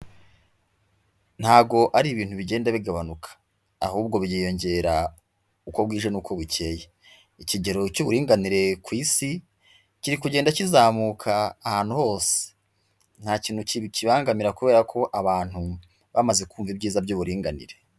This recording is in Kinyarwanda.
Ntabwo ari ibintu bigenda bigabanuka, ahubwo byiyongera uko bwije n'uko bukeye, ikigero cy'uburinganire ku isi kiri kugenda kizamuka ahantu hose, nta kintu kibikibangamira kubera ko abantu bamaze kumva ibyiza by'uburinganire.